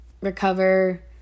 recover